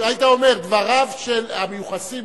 היית אומר: דבריו, המיוחסים